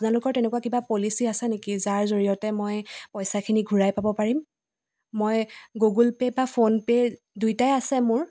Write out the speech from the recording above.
আপোনালোকৰ তেনেকুৱা কিবা পলিচি আছে নেকি যাৰ জৰিয়তে মই পইচাখিনি ঘূৰাই পাব পাৰিম মই গুগল পে' বা ফোনপে' দুইটাই আছে মোৰ